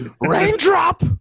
Raindrop